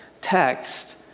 text